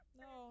no